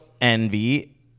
envy